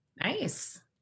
Nice